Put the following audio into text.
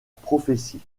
prophétie